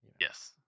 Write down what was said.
Yes